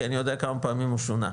כי אני יודע כמה פעמים הוא שונה,